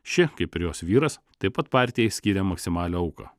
ši kaip ir jos vyras taip pat partijai skyrė maksimalią auką